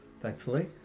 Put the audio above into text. Thankfully